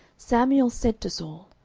samuel said to saul,